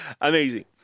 amazing